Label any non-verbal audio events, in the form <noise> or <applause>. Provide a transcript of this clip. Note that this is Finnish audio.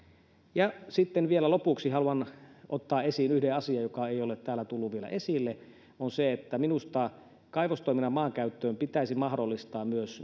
sitten vielä lopuksi haluan ottaa esiin yhden asian joka ei ole täällä tullut vielä esille ja se on se että minusta kaivostoiminnan maankäyttöön pitäisi mahdollistaa myös <unintelligible>